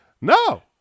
No